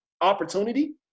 opportunity